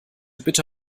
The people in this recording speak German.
bitte